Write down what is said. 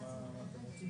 הכנסנו את זה גם בנוסח,